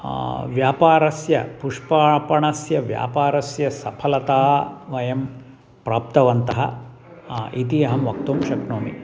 व्यापारस्य पुष्पापणस्य व्यापारस्य सफलता वयं प्राप्तवन्तः इति अहं वक्तुं शक्नोमि